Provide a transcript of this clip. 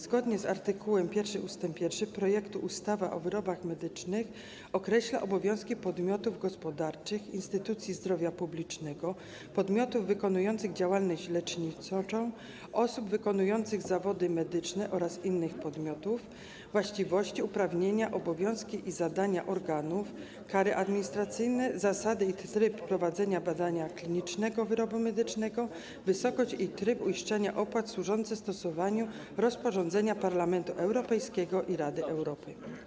Zgodnie z art. 1 ust. 1 projektu ustawa o wyrobach medycznych określa obowiązki podmiotów gospodarczych, instytucji zdrowia publicznego, podmiotów wykonujących działalność leczniczą, osób wykonujących zawody medyczne oraz innych podmiotów, właściwość, uprawnienia, obowiązki i zadania organów, kary administracyjne, zasady i tryb prowadzenia badania klinicznego wyrobu medycznego, wysokość i tryb uiszczania opłat - służące stosowaniu rozporządzenia Parlamentu Europejskiego i Rady Europejskiej.